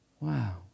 Wow